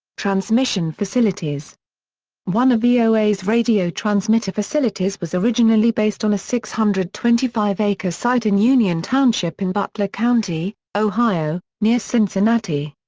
transmission facilities one of voa's radio transmitter facilities was originally based on a six hundred and twenty five acre site in union township in butler county, ohio, near cincinnati.